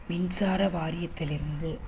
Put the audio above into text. மின்சார வாரியத்திலிருந்து